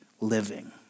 living